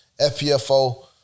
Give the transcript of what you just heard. FPFO